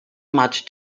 much